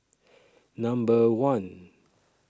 Number one